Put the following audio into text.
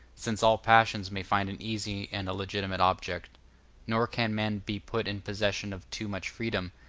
since all passions may find an easy and a legitimate object nor can men be put in possession of too much freedom,